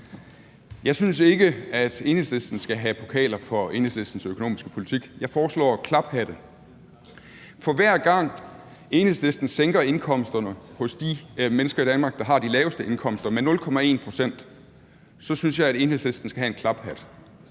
Jeg synes ikke, at Enhedslisten skal have pokaler for Enhedslistens økonomiske politik; jeg foreslår klaphatte. For hver gang Enhedslisten sænker indkomsterne hos de mennesker i Danmark, der har de laveste indkomster, med 0,1 pct., så synes jeg, at Enhedslisten skal have en klaphat.